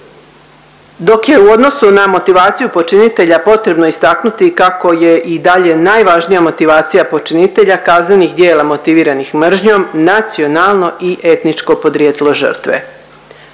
Dok je u odnosu na motivaciju počinitelja potrebno istaknuti kako je i dalje najvažnija motivacija počinitelja kaznenih djela motiviranih mržnjom nacionalno i etničko podrijetlo žrtve.